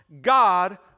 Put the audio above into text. God